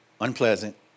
unpleasant